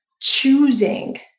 choosing